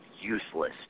useless